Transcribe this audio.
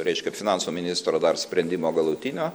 reiškia finansų ministro dar sprendimo galutinio